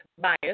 bias